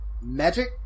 magic